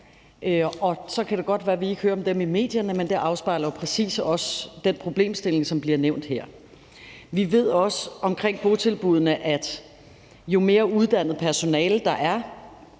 at vi ikke hører om dem i medierne, men det afspejler jo præcis også den problemstilling, som bliver nævnt her. Vi ved også omkring botilbuddene, at jo mere uddannet personale der er,